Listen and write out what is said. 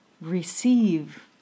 receive